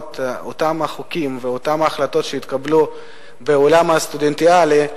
האחרונות אותם החוקים ואותן ההחלטות שהתקבלו לגבי העולם הסטודנטיאלי,